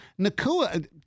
Nakua